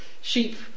sheep